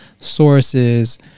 sources